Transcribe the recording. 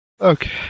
Okay